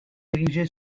dirigé